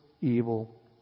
evil